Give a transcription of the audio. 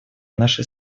нашей